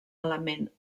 element